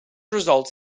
results